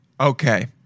okay